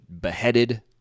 beheaded